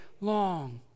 long